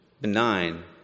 benign